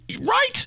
Right